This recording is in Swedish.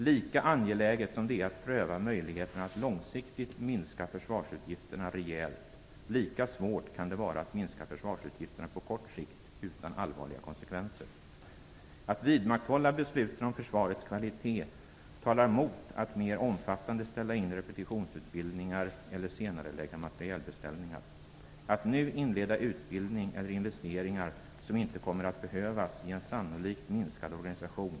Lika angeläget som det är att pröva möjligheten att långsiktigt minska försvarsutgifterna rejält, lika svårt kan det vara att minska försvarsutgifterna på kort sikt utan allvarliga konsekvenser. Att vidmakthålla besluten om försvarets kvalitet talar mot att mer omfattande ställa in repetitionsutbildningar eller senarelägga materielbeställningar. Att nu inleda utbildning innebär investeringar som inte kommer att behövas i en sannolikt minskad organisation.